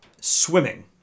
swimming